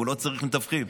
הוא לא צריך מתווכים.